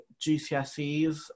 GCSEs